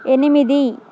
ఎనిమిది